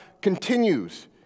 continues